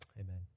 Amen